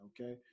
Okay